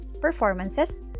performances